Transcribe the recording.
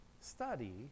study